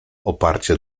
oparcie